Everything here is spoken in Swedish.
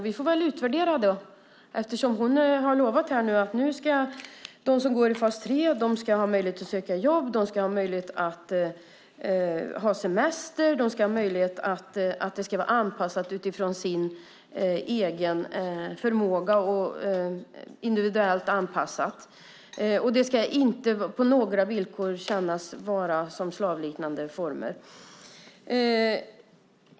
Vi får väl utvärdera dem, eftersom hon nu har lovat att de som är i fas 3 ska ha möjlighet att söka jobb, möjlighet att ha semester och att arbetet ska vara anpassat efter den egna förmågan, individuellt anpassat, och att det inte på några villkor ska vara under slavliknande former.